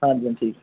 ਹਾਂਜੀ ਹਾਂਜੀ ਠੀਕ